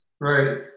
Right